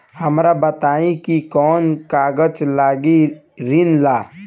हमरा बताई कि कौन कागज लागी ऋण ला?